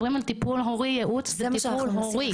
ייעוץ זה טיפול הורי.